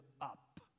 up